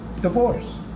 divorce